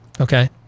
Okay